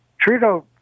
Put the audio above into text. Trudeau